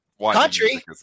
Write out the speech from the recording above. Country